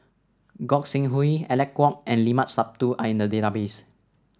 Gog Sing Hooi Alec Kuok and Limat Sabtu are in the database